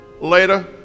later